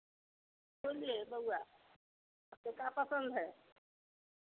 बोलिए बउआ आपको का पसंद है